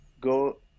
go